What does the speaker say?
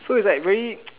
so is like very